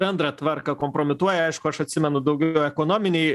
bendrą tvarką kompromituoja aišku aš atsimenu daugiau ekonominį